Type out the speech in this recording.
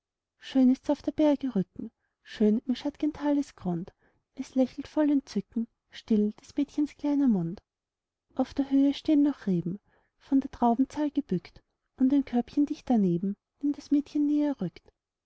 schön ist's auf der berge rücken schön im schatt'gen talesgrund und es lächelt voll entzücken still des mädchens kleiner mund auf der höhe steh'n noch reben von der trauben zahl gebückt und ein körbchen dicht daneben dem das mädchen näher rückt